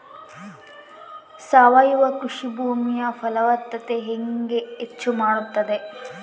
ಸಾವಯವ ಕೃಷಿ ಭೂಮಿಯ ಫಲವತ್ತತೆ ಹೆಂಗೆ ಹೆಚ್ಚು ಮಾಡುತ್ತದೆ?